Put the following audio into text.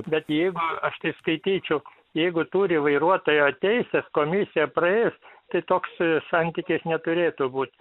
bet jeigu aš tai skaityčiau jeigu turi vairuotojo teises komisiją praėjo tai toks santykis neturėtų būt